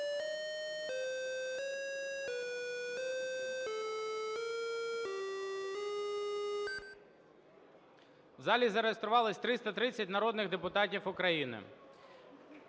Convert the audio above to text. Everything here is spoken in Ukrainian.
В залі зареєструвалось 330 народних депутатів України.